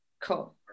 Cool